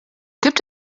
gibt